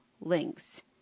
links